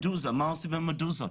מדוזה מה עושים עם מדוזות?